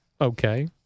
Okay